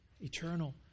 eternal